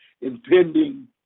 impending